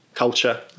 Culture